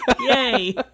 Yay